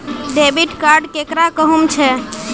Debit card केकरा कहुम छे?